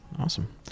Awesome